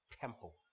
temple